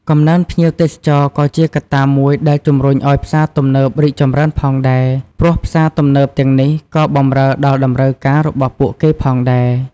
កំណើនភ្ញៀវទេសចរក៏ជាកត្តាមួយដែលជំរុញឲ្យផ្សារទំនើបរីកចម្រើនផងដែរ ព្រោះផ្សារទំនើបទាំងនេះក៏បម្រើដល់តម្រូវការរបស់ពួកគេផងដែរ។